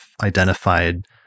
identified